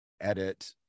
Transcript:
edit